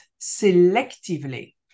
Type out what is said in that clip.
selectively